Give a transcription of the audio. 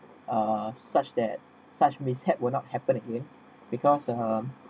uh such that such mishap will not happen again because erm